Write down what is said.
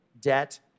debt